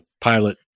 pilot